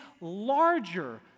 larger